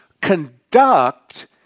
conduct